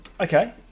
Okay